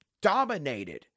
dominated